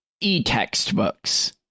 E-textbooks